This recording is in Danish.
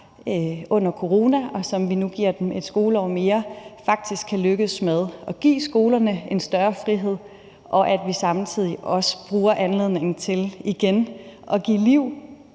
under corona, og som vi nu giver et skoleår mere, faktisk kan lykkes med at give skolerne en større frihed, og at vi samtidig også bruger anledningen til igen at give liv